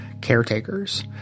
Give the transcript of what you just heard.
Caretakers